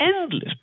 Endless